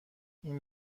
این